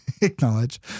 acknowledge